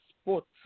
sports